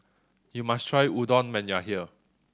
you must try Udon when you are here